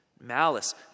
malice